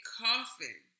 coffin